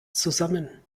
zusammen